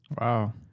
wow